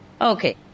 Okay